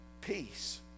peace